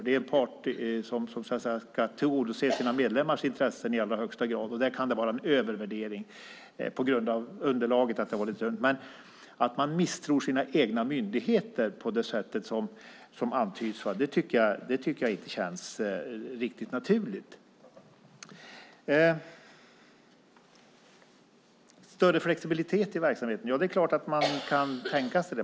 Det är en part som ska tillgodose sina medlemmars intressen, och där kan det finnas en övervärdering på grund av att underlaget är lite tunt. Men att ministern misstror sina egna myndigheter på det sätt som antyds känns inte riktigt naturligt. Ministern talar om större flexibilitet i verksamheten. Det är klart att man kan tänka sig det.